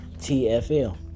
T-F-L